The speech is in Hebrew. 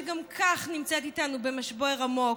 שגם כך נמצאת איתנו במשבר עמוק,